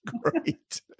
great